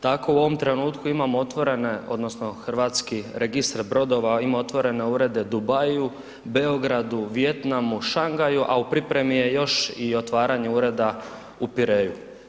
Tako u ovom trenutku imamo otvorene odnosno Hrvatski registar brodova ima otvorene urede u Dubaiu, Beogradu, Vijetnamu, Šangaju, a u pripremi je još i otvaranje ureda u Pireju.